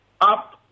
up